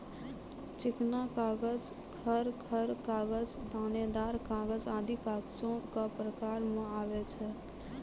चिकना कागज, खर खर कागज, दानेदार कागज आदि कागजो क प्रकार म आवै छै